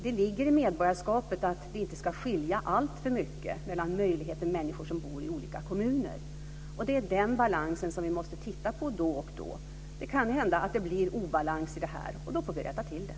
Det ligger i medborgarskapet att det inte ska skilja alltför mycket mellan människors möjligheter i olika kommuner. Det är den balansen som vi måste titta på då och då. Det kan hända att det blir obalans i detta. Då får vi rätta till det.